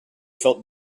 felt